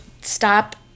stop